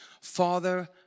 Father